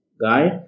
guy